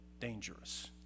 dangerous